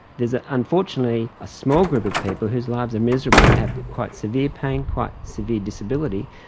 is ah unfortunately a small group of people whose lives are miserable, they have quite severe pain, quite severe disability,